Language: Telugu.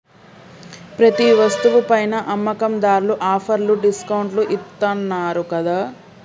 ప్రతి వస్తువు పైనా అమ్మకందార్లు ఆఫర్లు డిస్కౌంట్లు ఇత్తన్నారు గదా